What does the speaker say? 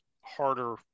harder